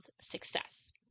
success